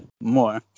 More